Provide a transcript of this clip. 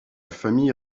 famille